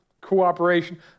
cooperation